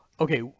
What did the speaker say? okay